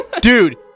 Dude